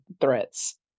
threats